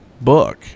book